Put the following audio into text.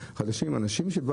אנחנו מכניסים אנשים חדשים.